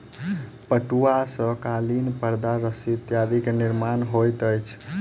पटुआ सॅ कालीन परदा रस्सी इत्यादि के निर्माण होइत अछि